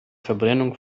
verbrennung